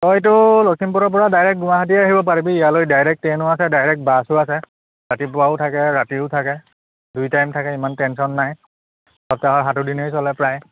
তই এইটো লখিমপুৰৰপৰা ডাইৰেক্ট গুৱাহাটীয়ে আহিব পাৰিবি ইয়ালৈ ডাইৰেক্ট ট্ৰেইনো আছে ডাইৰেক্ট বাছো আছে ৰাতিপুৱাও থাকে ৰাতিও থাকে দুই টাইম থাকে ইমান টেনচন নাই সপ্তাহৰ সাতোদিনেই চলে প্ৰায়